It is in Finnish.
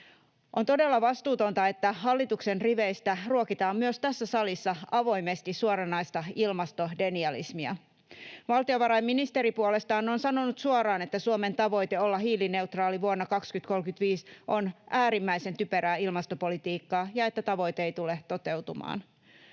On todella vastuutonta, että hallituksen riveistä ruokitaan myös tässä salissa avoimesti suoranaista ilmastodenialismia. Valtiovarainministeri puolestaan on sanonut suoraan, että Suomen tavoite olla hiilineutraali vuonna 2035 on äärimmäisen typerää ilmastopolitiikkaa ja että tavoite ei tule toteutumaan.